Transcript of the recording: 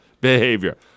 behavior